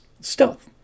stealth